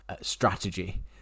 strategy